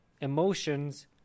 emotions